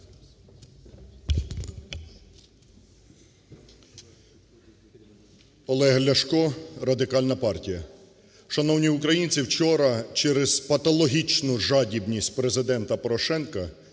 Олег Ляшко, Радикальна партія. Шановні українці, вчора через патологічну жадібність Президента Порошенка,